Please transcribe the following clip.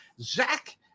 Zach